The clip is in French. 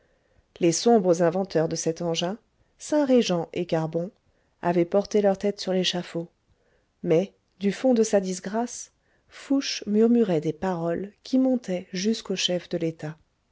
les sombres inventeurs de cet engin saint rejant et carbon avaient porté leurs têtes sur l'échafaud mais du fond de sa disgrâce fouché murmurait des paroles qui montaient jusqu'au chef de l'état